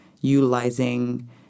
utilizing